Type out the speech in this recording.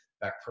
back